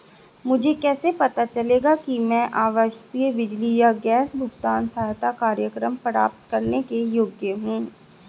मुझे कैसे पता चलेगा कि मैं आवासीय बिजली या गैस भुगतान सहायता कार्यक्रम प्राप्त करने के योग्य हूँ?